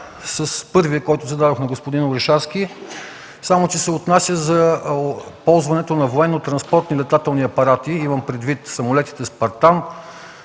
на първия, който зададох на господин Орешарски, само че се отнася за ползването на военно-транспортни летателни апарати, имам предвид самолетите „Спартан”,